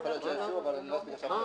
הישיבה ננעלה בשעה